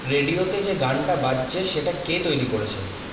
রেডিওতে যে গানটা বাজছে সেটা কে তৈরি করেছে